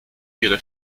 ihre